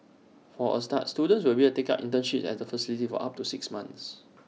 for A start students will be able to take up internships at the facility for up to six months